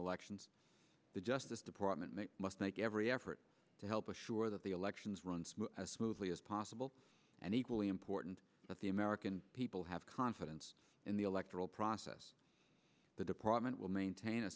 elections the justice department must make every effort to help assure that the elections run as smoothly as possible and equally important that the american people have confidence in the electoral process the department will maintain a